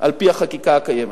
על-פי החקיקה הקיימת.